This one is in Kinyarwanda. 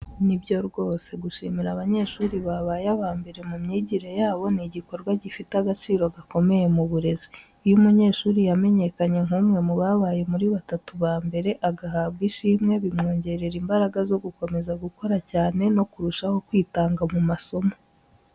Ni byo rwose, gushimira abanyeshuri babaye aba mbere mu myigire yabo ni igikorwa gifite agaciro gakomeye mu burezi. Iyo umunyeshuri yamenyekanye nk’umwe mu babaye muri batatu ba mbere, agahabwa ishimwe, bimwongerera imbaraga zo gukomeza gukora cyane no kurushaho kwitanga mu masomo.